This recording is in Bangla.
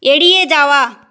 এড়িয়ে যাওয়া